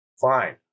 fine